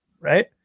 right